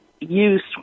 use